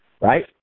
right